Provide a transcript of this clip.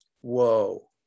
Whoa